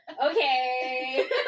Okay